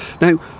now